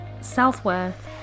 self-worth